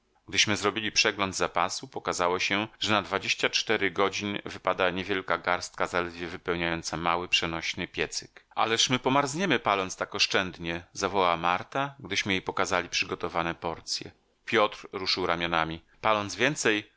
wystarczył gdyśmy zrobili przegląd zapasu pokazało się że na dwadzieścia cztery godzin wypadała niewielka garstka zaledwie wypełniająca mały przenośny piecyk ależ my pomarzniemy paląc tak oszczędnie zawołała marta gdyśmy jej pokazali przygotowane porcje piotr ruszył ramionami paląc więcej